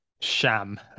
sham